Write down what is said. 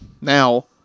now